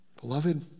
Beloved